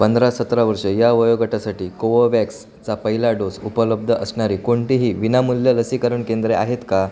पंधरा सतरा वर्ष या वयोगटासाठी कोवोवॅक्सचा पहिला डोस उपलब्ध असणारे कोणतेही विनामूल्य लसीकरण केंद्रे आहेत का